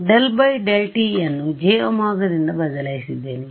∂∂tವನ್ನು jω ದಿಂದ ಬದಲಾಯಿಸಿದ್ದೇನೆ